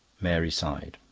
mary sighed.